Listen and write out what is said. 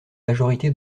majorité